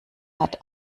hat